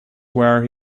where